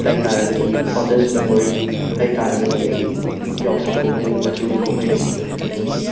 ꯍꯥꯏ ꯇꯥꯔꯒꯗꯤ fondest memory ꯍꯥꯏ ꯇꯥꯔꯒꯗꯤ ꯑꯩ ꯌꯥꯎꯁꯪ ꯀꯨꯝꯍꯩ ꯃꯆꯨꯒꯤ ꯀꯨꯝꯍꯩ ꯑꯁꯤꯅꯤ ꯍꯥꯏꯅ ꯍꯥꯏꯖꯅꯤꯡꯉꯤ